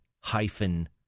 hyphen